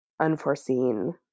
unforeseen